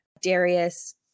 Darius